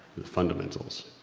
the fundamentals.